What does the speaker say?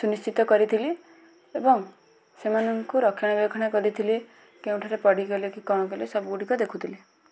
ସୁନିଶ୍ଚିତ କରିଥିଲି ଏବଂ ସେମାନଙ୍କୁ ରକ୍ଷଣା ବେକ୍ଷଣା କରିଥିଲି କେଉଁଠାରେ ପଡ଼ିଗଲେ କି କ'ଣ କଲେ ସବୁଗୁଡ଼ିକ ଦେଖୁଥିଲି